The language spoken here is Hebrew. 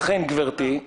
ולכן, פרופ' סדצקי,